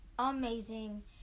Amazing